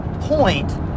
point